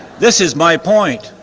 this is my point,